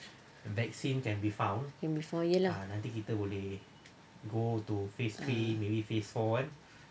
can be found ye lah